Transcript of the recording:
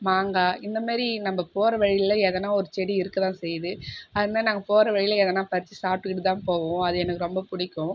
மாங்காய் இந்த மேரி நம்ப போகற வழியில் எதனா ஒரு செடி இருக்க தான் செய்து அது மேரி நாங்கள் போகற வழியில் எதனா பறிச்சு சாப்பிட்டுக்கிட்டு தான் போவோம் அது எனக்கு ரொம்ப பிடிக்கும்